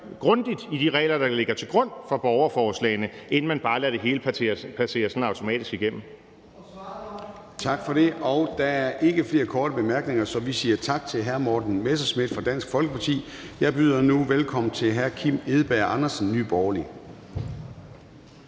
grundigt på de regler, der ligger til grund for borgerforslagene, inden man bare lader det hele passere sådan automatisk igennem. Kl. 11:35 Formanden (Søren Gade): Tak for det. Der er ikke flere korte bemærkninger, så vi siger tak til hr. Morten Messerschmidt fra Dansk Folkeparti. Jeg byder nu velkommen til hr. Kim Edberg Andersen, Nye Borgerlige.